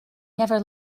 never